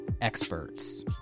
experts